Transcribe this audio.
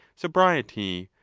sobriety,